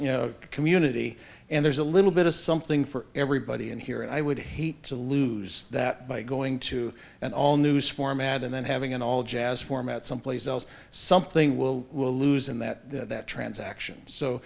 you know community and there's a little bit of something for everybody and here i would hate to lose that by going to an all new spore mad and then having an all jazz format someplace else something we'll will lose in that transaction so